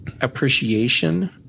appreciation